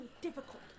difficult